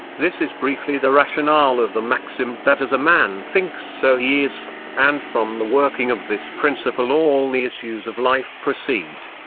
this is briefly the rationale of the maxim that as a man thinks so he is and from the working of this principle all the issues of life proceed.